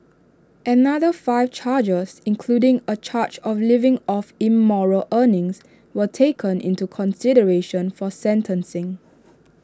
another five charges including A charge of living off immoral earnings were taken into consideration for sentencing